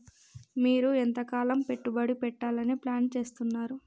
మీరు ఎంతకాలం పెట్టుబడి పెట్టాలని ప్లాన్ చేస్తున్నారు?